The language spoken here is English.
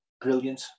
Brilliant